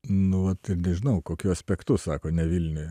nu vat nežinau kokiu aspektu sako ne vilniuje